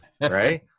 right